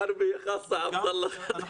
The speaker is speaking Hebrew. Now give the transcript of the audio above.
אני